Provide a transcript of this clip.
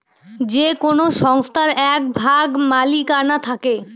যে কোনো সংস্থার এক ভাগ মালিকানা থাকে